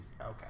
Okay